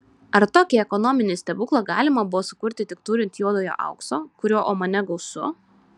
ar tokį ekonominį stebuklą galima buvo sukurti tik turint juodojo aukso kurio omane gausu